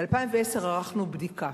ב-2010 ערכנו בדיקה